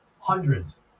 hundreds